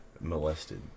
molested